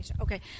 Okay